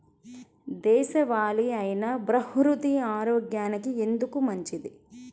దేశవాలి అయినా బహ్రూతి ఆరోగ్యానికి ఎందుకు మంచిది?